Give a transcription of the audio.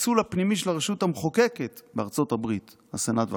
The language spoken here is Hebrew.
הפיצול הפנימי של הרשות המחוקקת בארצות הברית" הסנאט והקונגרס,